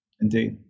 indeed